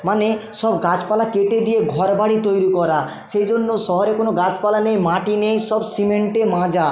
মানে সব গাছপালা কেটে দিয়ে ঘর বাড়ি তৈরি করা সেই জন্য শহরে কোনো গাছপালা নেই মাটি নেই সব সিমেন্টে মাজা